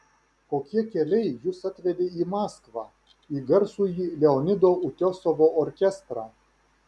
kokie keliai jus atvedė į maskvą į garsųjį leonido utiosovo orkestrą